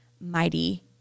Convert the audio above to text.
mighty